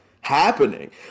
happening